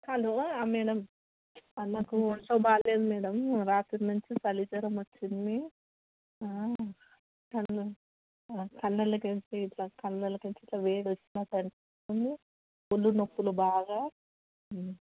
hello madam నాకు ఒంట్లో బాలేదు మ్యాడమ్ రాత్రి నుంచి చలి జ్వరం వచ్చింది కళ్ళు కళ్ళలో వెళ్ళి ఇట్లా కళ్ళలోవెళ్ళి ఇట్లా వేడి వచ్చినట్టు అనిపిస్తుంది ఒళ్ళు నొప్పులు బాగా